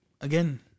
again